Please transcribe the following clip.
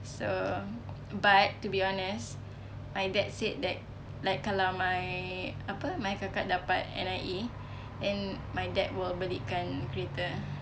so but to be honest my dad said that like kalau my apa my kakak dapat N_I_E then my dad will belikan kereta